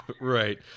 Right